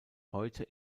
heute